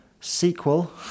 sequel